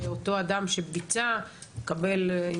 ואותו אדם שביצע מקבל,